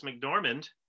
McDormand